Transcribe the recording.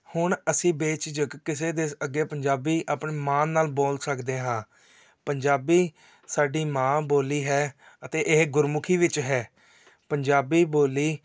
ਹੁਣ ਅਸੀਂ ਬੇਝਿਜਕ ਕਿਸੇ ਦੇ ਅੱਗੇ ਪੰਜਾਬੀ ਆਪਣੇ ਮਾਣ ਨਾਲ ਬੋਲ ਸਕਦੇ ਹਾਂ ਪੰਜਾਬੀ ਸਾਡੀ ਮਾਂ ਬੋਲੀ ਹੈ ਅਤੇ ਇਹ ਗੁਰਮੁਖੀ ਵਿੱਚ ਹੈ ਪੰਜਾਬੀ ਬੋਲੀ